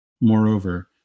Moreover